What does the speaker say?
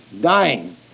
dying